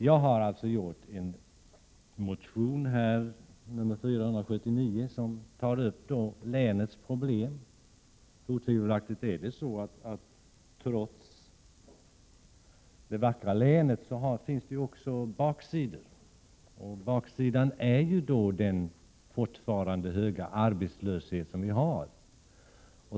Jag har avgett en motion, A479, som tar upp länets problem — trots det vackra länet finns det otvivelaktigt också baksidor. Baksidan är fortfarande den höga arbetslöshet som vi har.